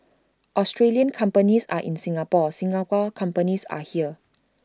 Australian companies are in Singapore Singapore companies are here